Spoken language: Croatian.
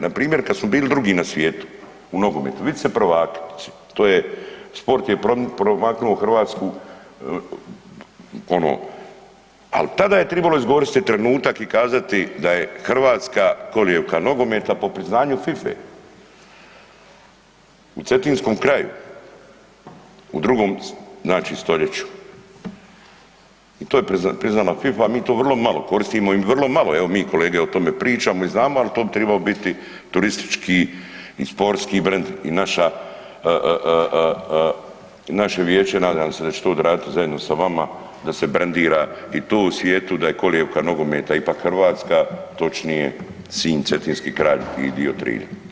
Npr. kada smo bili drugi u svijetu u nogometu, viceprvak to je sport je promaknuo Hrvatsku ono ali tada je tribalo iskoristi trenutak i kazati da je Hrvatska kolijevka nogometa po priznanju FIFA-e u cetinskom kraju u 2.stoljeću i to je priznala FIFA, a mi to vrlo malo koristimo i vrlo malo evo mi kolege o tome pričamo i znamo, ali to bi tribao biti turistički i sportski brend i naše Vijeće nadam se da će to odraditi zajedno sa vama da se brendira i to u svijetu da je kolijevka nogometa ipak Hrvatska, točnije Sinj, cetinski kraj i dio Trilja.